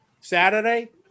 Saturday